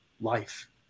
Life